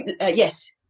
Yes